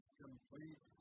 complete